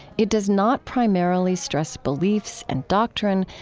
it does not primarily stress beliefs and doctrine,